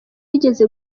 yigeze